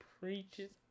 preaches